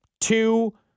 two